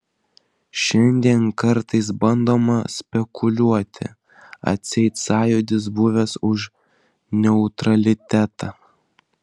šiandien kartais bandoma spekuliuoti atseit sąjūdis buvęs už neutralitetą